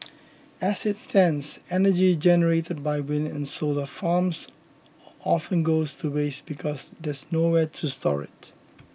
as it stands energy generated by wind and solar farms often goes to waste because there's nowhere to store it